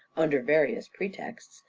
under various pretexts,